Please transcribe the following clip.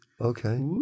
Okay